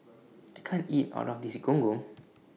I can't eat All of This Gong Gong